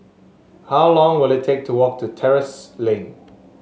how long will it take to walk to Terrasse Lane